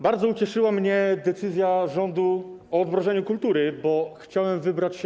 Bardzo ucieszyła mnie decyzja rządu o odmrożeniu kultury, bo chciałem wybrać się